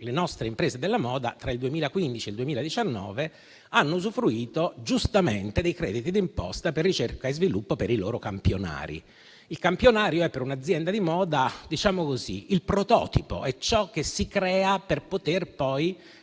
le nostre imprese della moda tra il 2015 e il 2019 hanno usufruito giustamente dei crediti d'imposta per ricerca e sviluppo per i loro campionari. Il campionario è per un'azienda di moda il prototipo, per così dire, ossia ciò che si crea per vedere